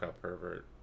pervert